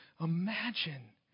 imagine